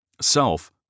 Self